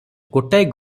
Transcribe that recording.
ଗୋଟାଏ